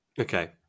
Okay